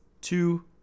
two